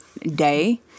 day